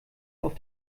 auf